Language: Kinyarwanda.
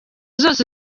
zose